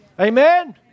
Amen